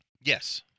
Yes